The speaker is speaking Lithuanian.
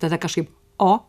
tada kažkaip o